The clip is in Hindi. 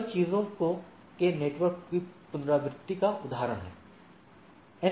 टेबल चीजों के नेटवर्क की पुनरावृत्ति का उदाहरण है